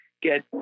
get